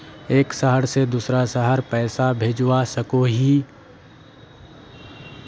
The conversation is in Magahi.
एक शहर से दूसरा शहर पैसा भेजवा सकोहो ही?